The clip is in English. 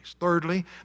Thirdly